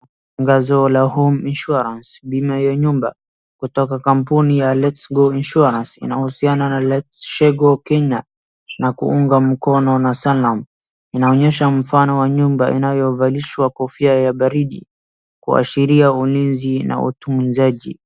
tangazo la home insuarance bima ya nyumba kutoka kampuni ya lets go insuarance linahusiana na letsshego kenya na kuungwa mkoo na sanam linaonyesha ya kuwa mfano wa nyumba lilovalishwa kofia ya baridi kuashiria ulinzi na utunzaji